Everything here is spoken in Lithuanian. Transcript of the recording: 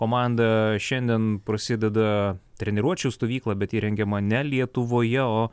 komanda šiandien prasideda treniruočių stovykla bet ji rengiama ne lietuvoje o